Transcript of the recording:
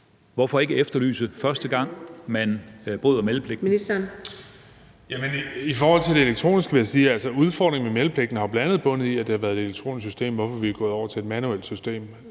og integrationsministeren (Kaare Dybvad Bek): I forhold til det elektroniske vil jeg sige, at udfordringen med meldepligten bl.a. har bundet i, at det har været et elektronisk system, hvorfor vi er gået over til et manuelt system.